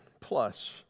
plus